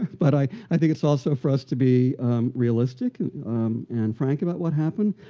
but i i think it's also for us to be realistic and frank about what happened.